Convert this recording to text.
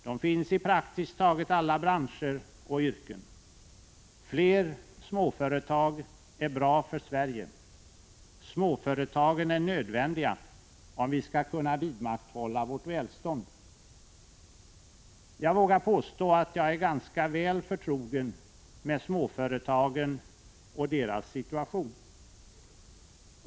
De finns i praktiskt taget alla branscher och yrken. Fler småföretag är bra för Sverige. Småföretagen är nödvändiga, om vi skall kunna vidmakthålla vårt välstånd. Jag vågar påstå att jag är ganska väl förtrogen med småföretagen och deras situation.